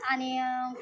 आणि